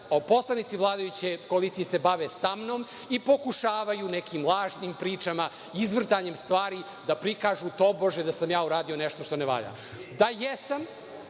poslanici vladajuće koalicije se bave samnom i pokušavaju nekim lažnim pričama, izvrtanjem stvari da prikažu tobože da sam uradio nešto što ne valja. Da jesam,